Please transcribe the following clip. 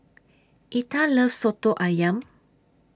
Etha loves Soto Ayam